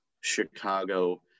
Chicago